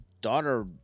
daughter